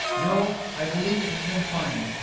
no i believe it has been fine.